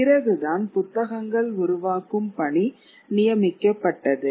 பிறகுதான் புத்தகங்கள் உருவாக்கும் பணி நியமிக்கப்பட்டது